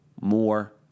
more